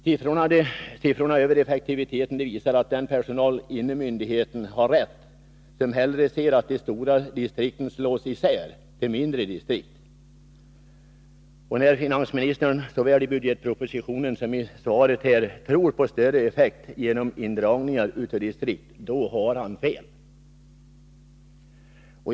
Siffrorna över effektiviteten visar att de tjänstemän har rätt som hellre ser att de stora distrikten slås isär till mindre sådana. När finansministern såväl i budgetpropositionen som i svaret här i dag tror på större effektivitet genom indragningar av distrikt har han således fel.